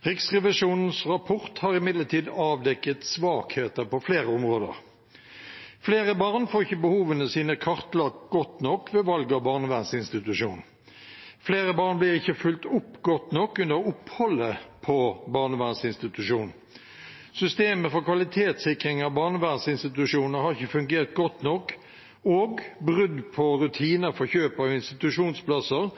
Riksrevisjonens rapport har imidlertid avdekket svakheter på flere områder: Flere barn får ikke behovene sine kartlagt godt nok ved valg av barnevernsinstitusjon. Flere barn blir ikke fulgt opp godt nok under oppholdet på barnevernsinstitusjon. Systemet for kvalitetssikring av barnevernsinstitusjoner har ikke fungert godt nok. Brudd på rutiner for kjøp av institusjonsplasser